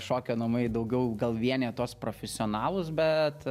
šokio namai daugiau gal vienija tuos profesionalus bet